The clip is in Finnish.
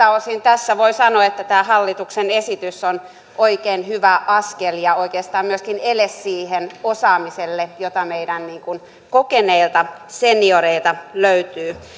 osin tässä voi sanoa että tämä hallituksen esitys on oikein hyvä askel ja oikeastaan myöskin ele siihen osaamiseen jota meidän kokeneilta senioreilta löytyy